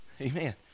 Amen